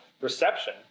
reception